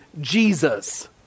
Jesus